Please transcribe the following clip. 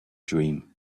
dream